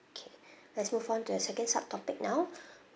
okay let's move on to the second sub topic now